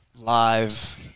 live